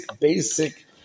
basic